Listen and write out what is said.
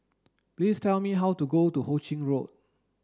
please tell me how to go to Ho Ching Road